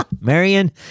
Marion